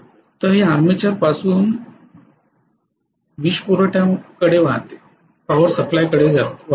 तर हे आर्मेचरपासून वीजपुरवठ्याकडे वाहते